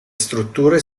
strutture